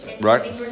right